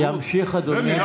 ימשיך אדוני,